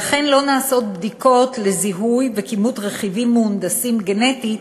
לכן לא נעשות בדיקות לזיהוי וכימות של רכיבים מהונדסים גנטית